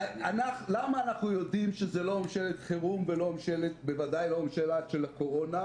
למה אנחנו יודעים שזה לא ממשלת חירום ובוודאי לא ממשלה של הקורונה?